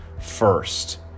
first